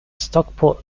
stockport